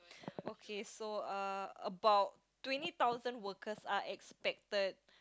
okay so uh about twenty thousand workers are expected